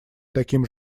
таким